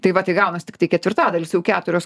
taip pat įgauna tiktai ketvirtadalis jau keturios